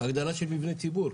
הגדרה של מבנה ציבור.